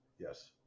yes